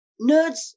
Nerds